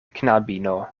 knabino